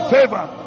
Favor